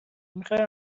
میخای